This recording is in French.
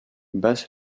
bas